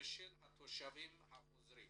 ושל התושבים החוזרים.